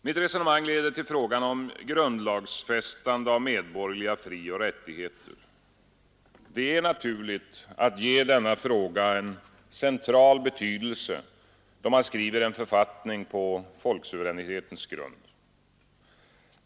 Mitt resonemang leder till frågan om grundlagf ande liga frioch rättigheter. Det är naturligt att ge denna fråga en central betydelse då man skriver en författning på folksuveränitetens grund.